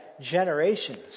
generations